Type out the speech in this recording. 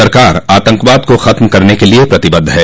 सरकार आतंकवाद को खत्म करने के लिए प्रतिबद्ध है